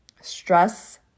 Stress